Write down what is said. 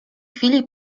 chwili